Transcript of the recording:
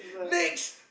next